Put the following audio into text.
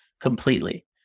completely